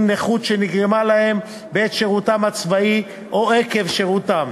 נכות שנגרמה להם בעת שירותם הצבאי או עקב שירותם.